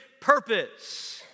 purpose